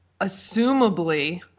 assumably